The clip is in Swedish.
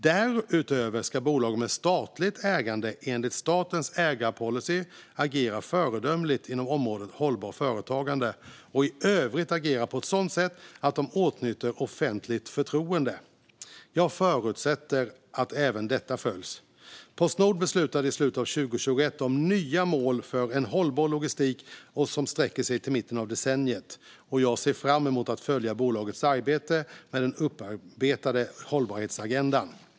Därutöver ska bolag med statligt ägande enligt statens ägarpolicy agera föredömligt inom området hållbart företagande och i övrigt agera på ett sådant sätt att de åtnjuter offentligt förtroende. Jag förutsätter att även detta följs. Postnord beslutade i slutet av 2021 om nya mål för en hållbar logistik som sträcker sig till mitten av decenniet. Jag ser fram emot att följa bolagets arbete med den uppdaterade hållbarhetsagendan.